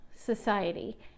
society